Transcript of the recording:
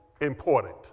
important